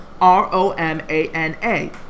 R-O-M-A-N-A